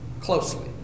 closely